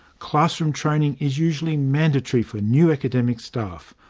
classroom training is usually mandatory for new academic staff,